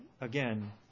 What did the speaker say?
again